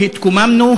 התקוממנו,